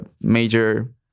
major